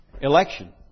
Election